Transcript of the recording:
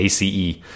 ace